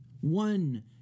one